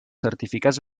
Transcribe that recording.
certificats